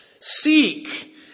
Seek